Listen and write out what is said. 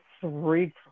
three